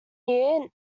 year